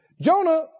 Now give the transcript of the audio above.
Jonah